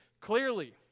clearly